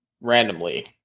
randomly